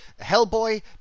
Hellboy